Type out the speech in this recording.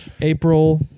April